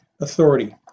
authority